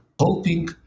hoping